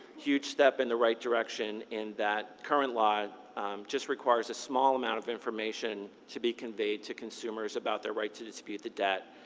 huge step in the right direction in that current law just requires a small amount of information to be conveyed to consumers about their right to dispute the debt,